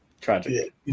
Tragic